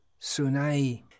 Sunai